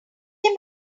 him